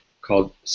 called